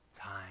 time